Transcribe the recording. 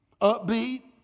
upbeat